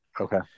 Okay